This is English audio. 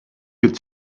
could